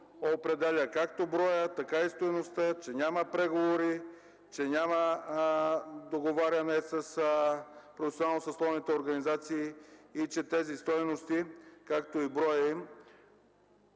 определя както броя, така и стойността, че няма преговори, че няма договаряне с национално съсловните организации и че тези стойности, както и броят им,